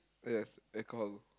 yes I call